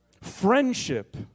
Friendship